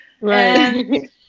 Right